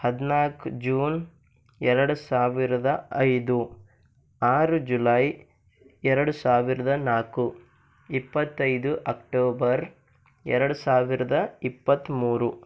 ಹದಿನಾಲ್ಕು ಜೂನ್ ಎರಡು ಸಾವಿರದ ಐದು ಆರು ಜುಲೈ ಎರಡು ಸಾವಿರದ ನಾಲ್ಕು ಇಪ್ಪತ್ತೈದು ಅಕ್ಟೋಬರ್ ಎರಡು ಸಾವಿರದ ಇಪ್ಪತ್ತ್ಮೂರು